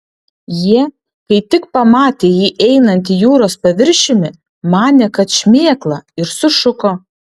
jie kai tik pamatė jį einantį jūros paviršiumi manė kad šmėkla ir sušuko